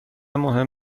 مهم